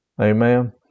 Amen